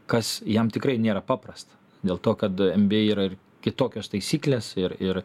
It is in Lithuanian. kas jam tikrai nėra paprasta dėl to kad nba yra kitokios taisyklės ir ir